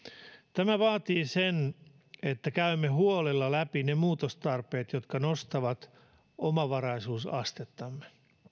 tämä vaatii sen että käymme huolella läpi ne muutostarpeet jotka nostavat omavaraisuusastettamme